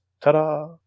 Ta-da